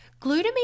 Glutamine